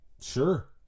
sure